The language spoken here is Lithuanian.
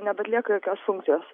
nebeatlieka jokios funkcijos